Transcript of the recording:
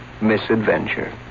misadventure